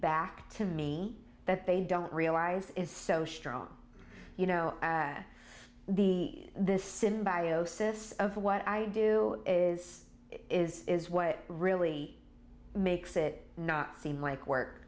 back to me that they don't realize is so strong you know the this symbiosis of what i do is is what really makes it not seem like work